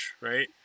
right